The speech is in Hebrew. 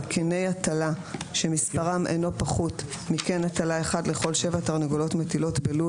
קני הטלה שמספרם אינו פחות מקן הטלה אחד לכל שבע תרנגולות מטילות בלול